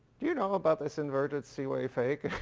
do you know about this inverted seaway fake?